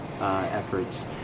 efforts